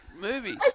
movies